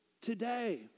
today